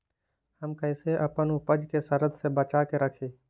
हम कईसे अपना उपज के सरद से बचा के रखी?